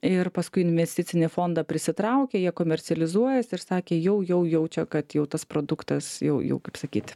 ir paskui investicinį fondą prisitraukė jie komercializuojasi ir sakė jau jau jaučia kad jau tas produktas jau jau kaip sakyt